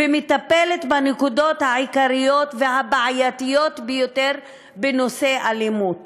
שמטפלת בנקודות העיקריות והבעייתיות ביותר בנושא אלימות.